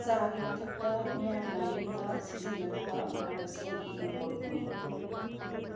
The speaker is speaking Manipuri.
ꯆꯥꯒꯤ ꯃꯊꯛꯇ ꯃꯤꯌꯥꯝꯅ ꯌꯨꯝꯗ ꯁꯤꯖꯤꯟꯅꯅꯕ ꯃꯅꯥ ꯃꯁꯤꯡꯒꯤ ꯏꯪꯈꯣꯜ ꯎꯏ